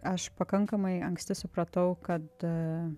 aš pakankamai anksti supratau kad